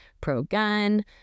pro-gun